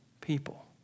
people